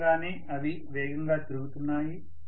సహజంగానే అవి వేగంగా తిరుగుతున్నాయి